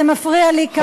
זה מפריע לי כאן.